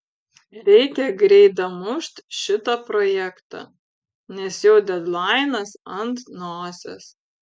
reikia greit damušt šitą projektą nes jau dedlainas ant nosies